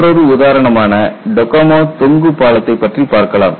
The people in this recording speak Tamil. மற்றொரு உதாரணமான டகோமா தொங்கு பாலத்தை பற்றி பார்க்கலாம்